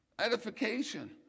edification